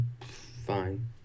fine